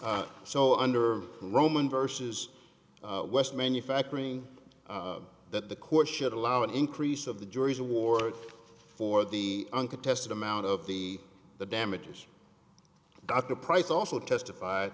so under roman versus west manufacturing that the court should allow an increase of the jury's award for the uncontested amount of the damages dr pryce also testif